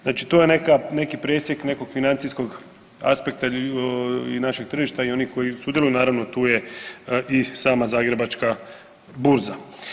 Znači to je neka, neki presjek nekog financijskog aspekta i našeg tržišta i onih koji sudjeluju, naravno tu je i sama Zagrebačka burza.